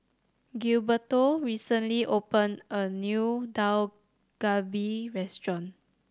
Gilberto recently opened a new Dak Galbi Restaurant